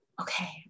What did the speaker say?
okay